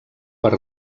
per